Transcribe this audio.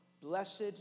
Blessed